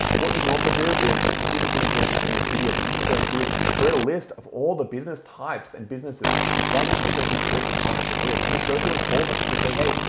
what you can also do is i've given some examples in this video but you can go through, create a list of all the business types and businesses that you could potentially create this partnership with and just go through and call them. just say, hey,